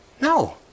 no